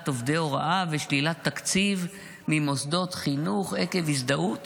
עובדי הוראה ושלילת תקציב ממוסדות חינוך עקב הזדהות